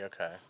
Okay